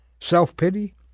self-pity